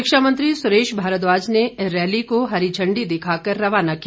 शिक्षा मंत्री सुरेश भारद्वाज ने रैली को हरी इंडी दिखाकर रवाना किया